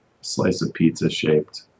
slice-of-pizza-shaped